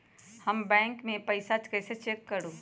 हमर बैंक में पईसा कईसे चेक करु?